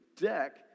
deck